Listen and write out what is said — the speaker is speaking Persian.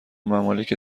ممالک